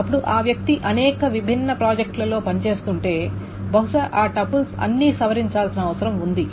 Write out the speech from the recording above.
ఇప్పుడు ఆ వ్యక్తి అనేక విభిన్న ప్రాజెక్టులలో పనిచేస్తుంటే బహుశా ఆ టపుల్స్ అన్నీ సవరించాల్సిన అవసరం ఉంది